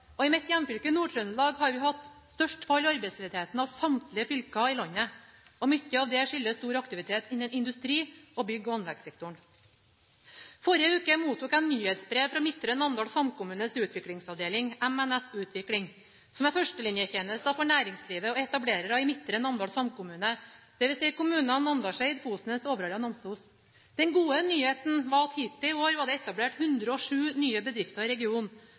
I mitt hjemfylke, Nord-Trøndelag, har vi i år hatt størst fall i arbeidsledigheten av samtlige fylker i landet. Mye av det skyldes stor aktivitet innenfor industri og bygg- og anleggssektoren. Forrige uke mottok jeg nyhetsbrev fra Midtre Namdal samkommunes utviklingsavdeling, MNS Utvikling, som er førstelinjetjenesten for næringslivet og etablerere i Midtre Namdal samkommune, dvs. kommunene Namdalseid, Fosnes, Overhalla og Namsos. Den gode nyheten var at hittil i år var det etablert 107 nye bedrifter i